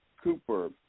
Cooper